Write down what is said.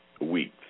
weeks